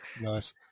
Nice